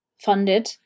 funded